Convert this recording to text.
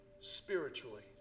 spiritually